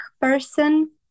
person